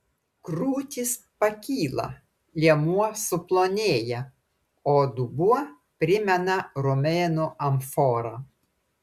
krūtys pakyla liemuo suplonėja o dubuo primena romėnų amforą